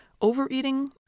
overeating